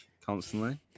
constantly